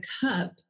cup